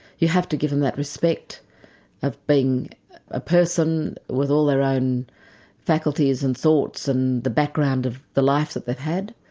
you have to give them that respect of being a person with all their own faculties and thoughts, and the background of the life that they've had.